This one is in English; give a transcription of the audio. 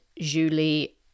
Julie